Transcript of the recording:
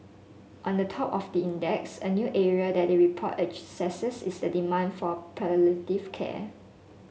on the top of the index a new area that the report assesses is the demand for palliative care